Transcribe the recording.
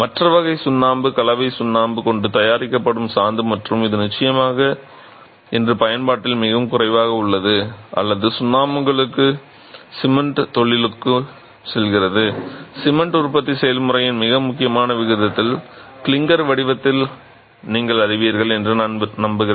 மற்ற வகை சுண்ணாம்பு கலவை சுண்ணாம்பு கொண்டு தயாரிக்கப்படும் சாந்து மற்றும் இது நிச்சயமாக இன்று பயன்பாட்டில் மிகவும் குறைவாக உள்ளது அனைத்து சுண்ணாம்புகளும் சிமென்ட் தொழிலுக்கு செல்கிறது சிமென்ட் உற்பத்தி செயல்முறையின் மிக முக்கியமான விகிதத்தில் கிளிங்கர் வடிவங்களை நீங்கள் அறிவீர்கள் என்று நான் நம்புகிறேன்